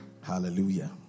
Hallelujah